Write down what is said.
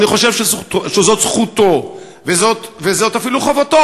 אני חושב שזאת זכותו וזאת אפילו חובתו